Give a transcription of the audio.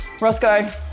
Roscoe